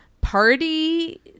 party